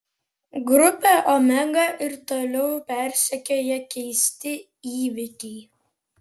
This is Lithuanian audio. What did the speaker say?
grupę omega ir toliau persekioja keisti įvykiai